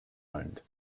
owned